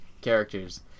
characters